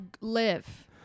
live